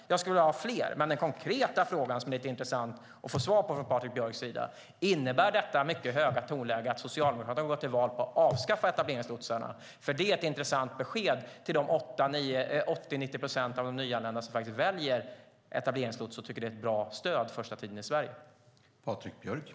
Jag skulle vilja ha fler. Den konkreta fråga som det vore intressant att få svar på från Patrik Björck är: Innebär detta mycket höga tonläge att Socialdemokraterna går till val på att avskaffa etableringslotsarna? Det är ett intressant besked till de 80-90 procent av de nyanlända som väljer etableringslots och som tycker att det är ett bra stöd den första tiden i Sverige.